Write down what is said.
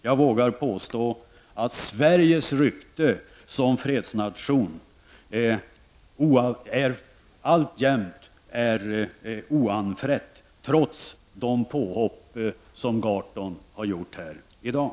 Jag vågar dock påstå att Sveriges rykte som fredsnation alltjämt är oanfrätt, trots de påhopp som Gahrton har gjort här i dag.